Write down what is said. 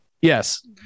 Yes